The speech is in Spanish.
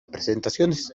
presentaciones